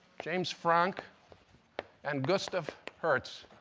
james franck and gustav hertz.